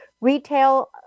retail